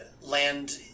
land